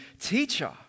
Teacher